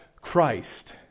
Christ